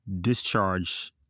discharge